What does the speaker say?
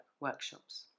workshops